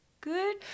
Good